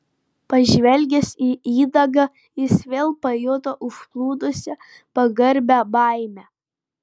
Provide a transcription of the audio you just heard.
pažvelgęs į įdagą jis vėl pajuto užplūdusią pagarbią baimę